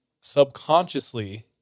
subconsciously